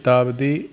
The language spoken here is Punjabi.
ਸ਼ਤਾਬਦੀ